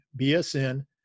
BSN